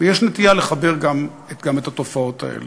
ויש נטייה לחבר גם את התופעות האלה.